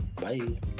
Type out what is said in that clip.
Bye